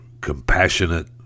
compassionate